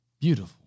Beautiful